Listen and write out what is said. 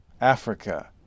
Africa